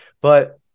but-